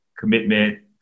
Commitment